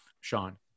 Sean